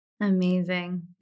Amazing